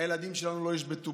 הילדים שלנו לא ישבתו,